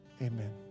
Amen